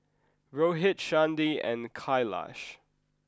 Rohit Chandi and Kailash